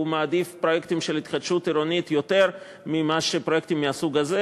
הוא מעדיף פרויקטים של התחדשות עירונית יותר מפרויקטים מהסוג הזה.